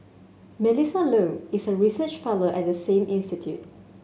Melissa Low is a research fellow at the same institute